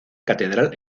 catedral